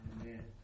Amen